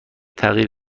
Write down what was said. تعمیر